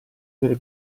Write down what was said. delle